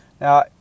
Now